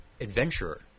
adventurer